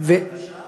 זו תקנה חדשה?